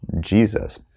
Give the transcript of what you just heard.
Jesus